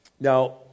Now